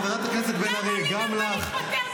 חברת הכנסת בן ארי, תודה.